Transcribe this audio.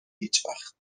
هیچوقت